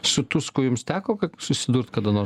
su tusku jums teko susidurt kada nors